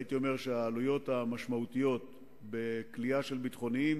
הייתי אומר שהעלויות המשמעותיות בכליאה של ביטחוניים